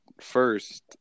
first